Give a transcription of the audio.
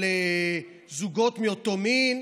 על זוגות מאותו מין.